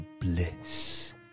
bliss